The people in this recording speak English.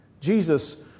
Jesus